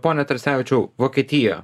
pone tracevičiau vokietija